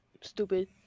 Stupid